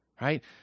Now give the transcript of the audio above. Right